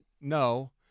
No